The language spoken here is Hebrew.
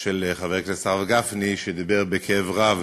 של חבר הכנסת הרב גפני, שדיבר בכאב רב